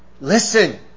Listen